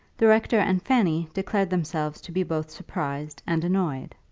the rector and fanny declared themselves to be both surprised and annoyed.